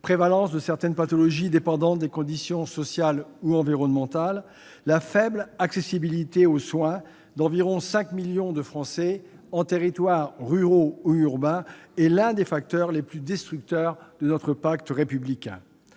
prévalence de certaines pathologies dépendantes des conditions sociales ou environnementales -, la faible accessibilité aux soins d'environ 5 millions de Français, en territoires ruraux ou urbains, est l'un des facteurs les plus destructeurs de notre pacte républicain.